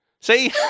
See